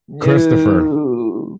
Christopher